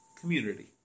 community